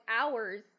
hours